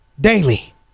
daily